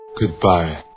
Goodbye